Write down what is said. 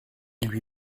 lui